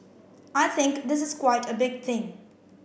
I think this is quite a big thing